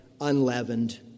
Unleavened